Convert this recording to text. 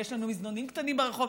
ויש לנו מזנונים קטנים ברחוב,